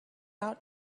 out